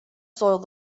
soiled